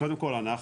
קודם כל אנחנו,